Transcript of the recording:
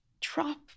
drop